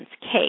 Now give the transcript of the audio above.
cake